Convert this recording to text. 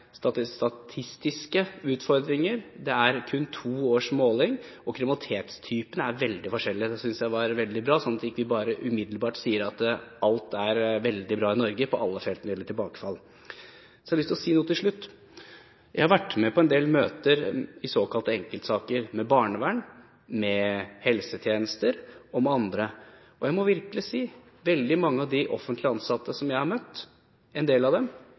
er kun to års måling, og kriminalitetstypene er veldig forskjellige. Det synes jeg er veldig bra – slik at vi ikke bare umiddelbart sier at alt er veldig bra på alle felt i Norge når det gjelder tilbakefall. Så har jeg lyst til å si noe til slutt: Jeg har vært med på en del møter i såkalte enkeltsaker – med barnevern, med helsetjenester og med andre. Jeg må virkelig si at veldig mange av de offentlig ansatte som jeg har møtt – en del av dem,